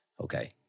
okay